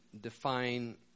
define